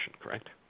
correct